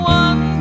one